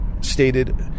stated